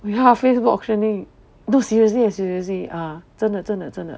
你还有 facebook auctioning no seriously seriously ah 真的真的真的